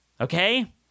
Okay